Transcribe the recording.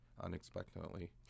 unexpectedly